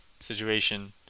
situation